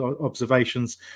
observations